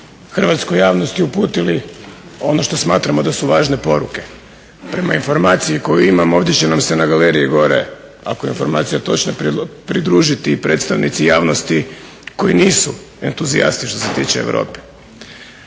hrvatskoj javnosti uputili ono što smatramo da su važne poruke. Prema informaciji koju imamo ovdje će nam se na galeriji gore ako je informacija točna pridružiti i predstavnici javnosti koji nisu entuzijasti što se tiče Europe.